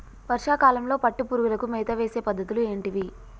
వర్షా కాలంలో పట్టు పురుగులకు మేత వేసే పద్ధతులు ఏంటివి?